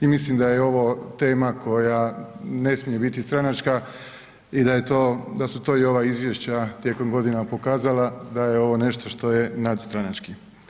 I mislim da je ovo tema koja ne smije biti stranačka i da su to ova izvješća tijekom godina pokazala da je ovo nešto što je nadstranački.